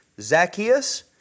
Zacchaeus